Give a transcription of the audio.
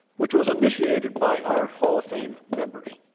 which was initiated by our hall of fame members.